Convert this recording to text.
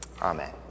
Amen